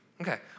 Okay